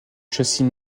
châssis